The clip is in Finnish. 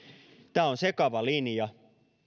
tämä on sekava linja